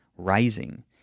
rising